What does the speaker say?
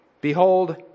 Behold